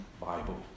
Bible